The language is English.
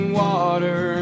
water